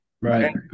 Right